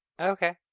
okay